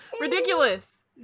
ridiculous